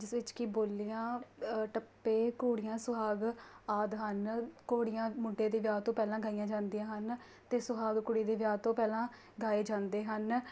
ਜਿਸ ਵਿੱਚ ਕਿ ਬੋਲੀਆਂ ਟੱਪੇ ਘੋੜੀਆਂ ਸੁਹਾਗ ਆਦਿ ਹਨ ਘੋੜੀਆਂ ਮੁੰਡੇ ਦੇ ਵਿਆਹ ਤੋਂ ਪਹਿਲਾਂ ਗਾਈਆਂ ਜਾਂਦੀਆਂ ਹਨ ਅਤੇ ਸੁਹਾਗ ਕੁੜੀ ਦੇ ਵਿਆਹ ਤੋਂ ਪਹਿਲਾਂ ਗਾਏ ਜਾਂਦੇ ਹਨ